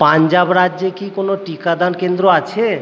পাঞ্জাব রাজ্যে কি কোনো টিকাদান কেন্দ্র আছে